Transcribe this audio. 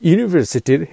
University